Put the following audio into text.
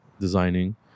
designing